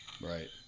Right